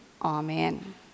Amen